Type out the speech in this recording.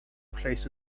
placed